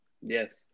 yes